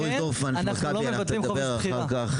מוריס דורפמן, שידבר אחר כך.